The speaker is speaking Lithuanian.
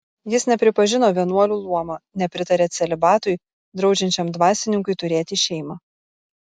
jis nepripažino vienuolių luomo nepritarė celibatui draudžiančiam dvasininkui turėti šeimą